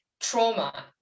trauma